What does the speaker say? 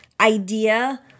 idea